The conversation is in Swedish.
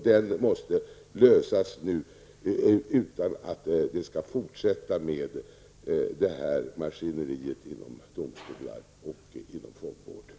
Detta måste lösas nu i stället för att maskineriet inom domstolar och fångvård tillåts fortsätta.